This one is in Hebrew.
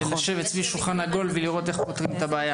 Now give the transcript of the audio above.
לשבת סביב שולחן עגול ולראות איך פותרים את הבעיה.